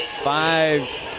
five